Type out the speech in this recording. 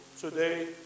today